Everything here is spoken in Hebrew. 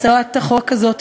הצעת החוק הזאת,